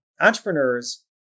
Entrepreneurs